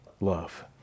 love